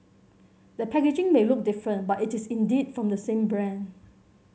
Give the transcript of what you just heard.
the packaging may look different but it is indeed from the same brand